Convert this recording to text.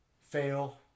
fail